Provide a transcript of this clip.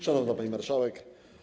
Szanowna Pani Marszałek!